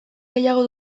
gehiagok